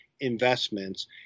investments